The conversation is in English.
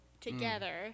together